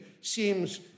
seems